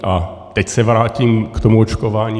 A teď se vrátím k tomu očkování.